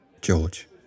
George